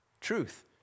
truth